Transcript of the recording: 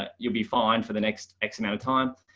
ah you'll be fine for the next x amount of time,